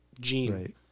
gene